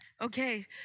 Okay